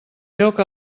lloc